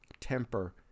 temper